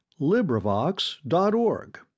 LibriVox.org